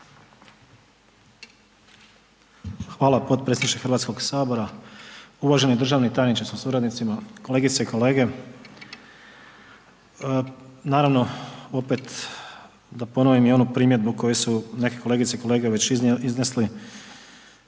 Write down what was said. Hvala potpredsjedniče Hrvatskoga sabora. Uvaženi državni tajniče sa suradnicima, kolegice i kolege. Naravno opet da ponovim i onu primjedbu koju su neke kolegice i kolege već iznesli.